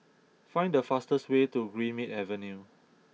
find the fastest way to Greenmead Avenue